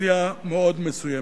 אוכלוסייה מאוד מסוימת.